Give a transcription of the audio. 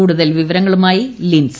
കൂടുതൽ വിവരങ്ങളുമായി ലിൻസ